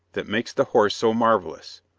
that makes the horse so marvellous,